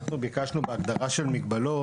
אנחנו ביקשנו בהגדרה שנו בהגדרה של מגבלות